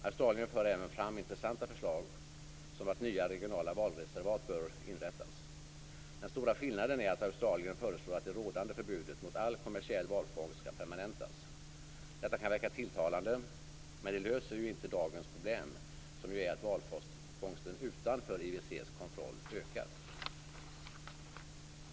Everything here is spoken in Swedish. Australien för även fram intressanta förslag som att nya regionala valreservat bör inrättas. Den stora skillnaden är att Australien föreslår att det rådande förbudet mot all kommersiell valfångst skall permanentas. Detta kan verka tilltalande, men det löser ju inte dagens problem som ju är att valfångsten utanför IWC:s kontroll ökar.